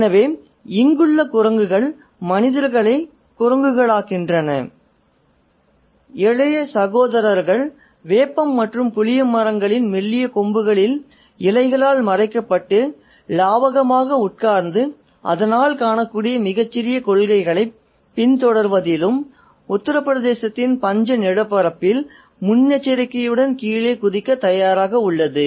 எனவே இங்குள்ள குரங்குகள் மனிதர்களை குரங்குகளாக்குகின்றன இளைய சகோதரர்கள் வேப்பம் மற்றும் புளிய மரங்களின் மெல்லிய கொம்புகளில் இலைகளால் மறைக்கப்பட்டு லாவகமாக உட்கார்ந்து அதனால் காணக்கூடிய மிகச்சிறிய கொள்ளைகளைப் பின்தொடர்வதிலும் உத்தரபிரதேசத்தின் பஞ்ச நிலப்பரப்பில் முன்னெச்சரிக்கையுடன் கீழே குதிக்கத் தயாராக உள்ளது